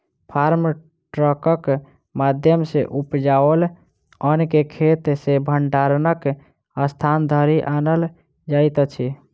farm ट्रकक माध्यम सॅ उपजाओल अन्न के खेत सॅ भंडारणक स्थान धरि आनल जाइत अछि